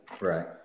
Right